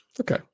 Okay